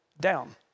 down